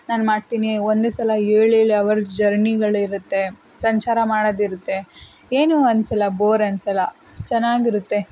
ನಾನು ಮಾಡ್ತೀನಿ ಒಂದೇ ಸಲ ಏಳು ಏಳು ಅವರ್ಸ್ ಜರ್ನಿಗಳಿರುತ್ತೆ ಸಂಚಾರ ಮಾಡೋದಿರುತ್ತೆ ಏನೂ ಅನಿಸಲ್ಲ ಬೋರ್ ಅನಿಸಲ್ಲ ಚೆನ್ನಾಗಿರುತ್ತೆ